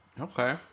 okay